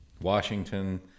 Washington